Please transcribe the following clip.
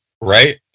right